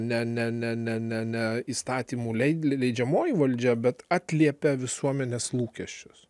ne ne ne ne ne ne įstatymų leidžiamoji valdžia bet atliepia visuomenės lūkesčius